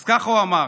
אז ככה הוא אמר: